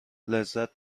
لذت